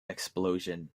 explosion